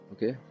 Okay